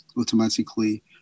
automatically